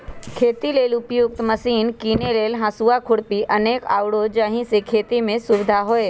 खेती लेल उपयुक्त मशिने कीने लेल हसुआ, खुरपी अनेक आउरो जाहि से खेति में सुविधा होय